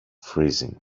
freezing